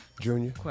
Junior